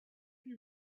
you